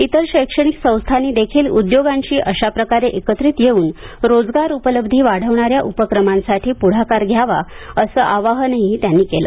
इतर शैक्षणिक संस्थानी देखील उद्योगांशी अशा प्रकारे एकत्रित येऊन रोजगार उपलब्धी वाढविणाऱ्या उपक्रमांसाठी पुढाकार घ्यावा असे आवाहनही त्यांनी केलं